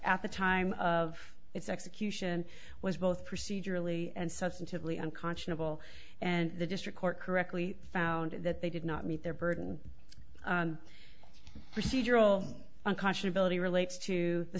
at the time of its execution was both procedurally and substantively unconscionable and the district court correctly found that they did not meet their burden procedural unconscionable it relates to the